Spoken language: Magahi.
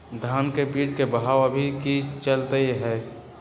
धान के बीज के भाव अभी की चलतई हई?